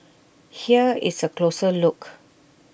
here is A closer look